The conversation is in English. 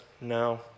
no